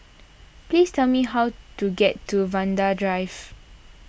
please tell me how to get to Vanda Drive